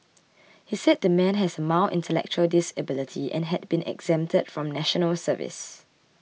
he said the man has a mild intellectual disability and had been exempted from National Service